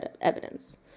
evidence